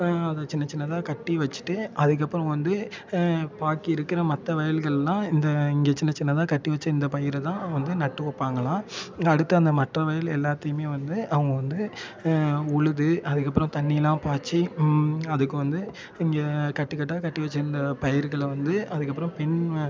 அதை சின்னச் சின்னதாக கட்டி வெச்சுட்டு அதுக்கப்புறம் வந்து பாக்கி இருக்கிற மற்ற வயலுக்கெல்லாம் இந்த இங்கே சின்னச் சின்னதாக கட்டி வெச்ச இந்த பயிரை தான் வந்து நட்டு வைப்பாங்களாம் அடுத்து அந்த மற்ற வயல் எல்லாத்தையுமே வந்து அவங்க வந்து உழுது அதுக்கப்புறம் தண்ணியெல்லாம் பாய்ச்சி அதுக்கு வந்து இங்கே கட்டுக் கட்டாக கட்டி வெச்சுருந்த பயிர்களை வந்து அதுக்கப்புறம் பின் வ